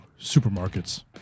supermarkets